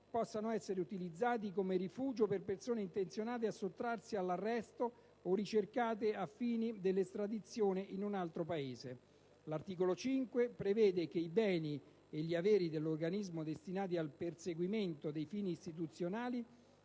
possano essere utilizzati come rifugio per persone intenzionate a sottrarsi all'arresto o ricercate ai fini dell'estradizione in un altro Paese. L'articolo 5 prevede che i beni e gli averi dell'organismo destinati al perseguimento dei fini istituzionali